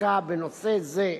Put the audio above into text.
חקיקה בנושא זה,